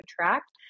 attract